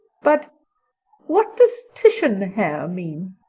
but what does titian hair mean?